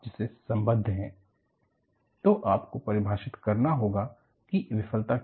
need of fatigue and focus on what data being collected तो आपको परिभाषित करना होगा कि विफलता क्या है